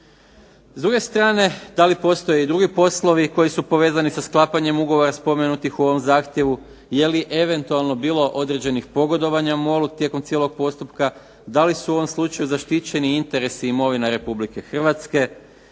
S druge strane, da li postoje drugi poslovi koji su povezani sa sklapanjem ugovora spomenutih u ovom Zakonu, je li bilo određenih pogodovanja MOL-u tijekom cijelog postupka, da li su u ovom slučaju zaštićeni interesi i imovina Republike Hrvatske,